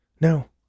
No